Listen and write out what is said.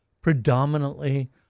predominantly